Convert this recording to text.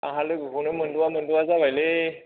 आंहा लोगोखौनो मोनद'आ मोनद'आ जाबायलै